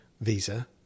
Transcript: visa